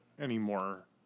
anymore